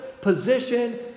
position